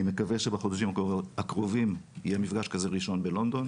אני מקווה שבחודשים הקרובים יהיה מפגש כזה ראשון בלונדון